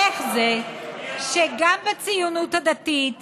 איך זה שגם בציונות הדתית,